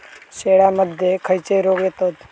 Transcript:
शेळ्यामध्ये खैचे रोग येतत?